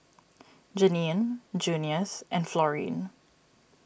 Jeannine Junius and Florene